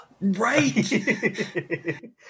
Right